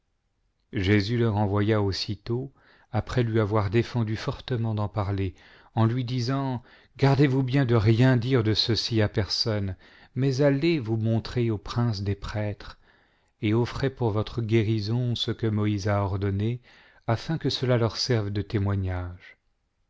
le renvoya aussitôt après lui avoir défendu fortement cven parler en lui disant gardezvous bien de rien dire de ceci à personne mais allez vous montrer au prince des prêtres et offrez pour votre guérison ce que moïse a ordonné afin que cela leur sene de témoignage